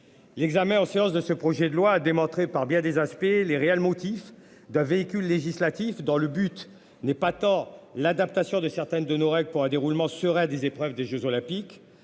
L'examen en séance de ce projet de loi a démontré par bien des aspects les réels motifs d'un véhicule législatif dans le but n'est pas tant l'adaptation de certaines de nos règles pour un déroulement seraient des épreuves des Jeux olympiques